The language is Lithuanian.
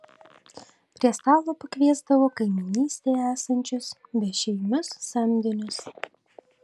prie stalo pakviesdavo kaimynystėje esančius bešeimius samdinius